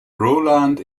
roland